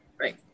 right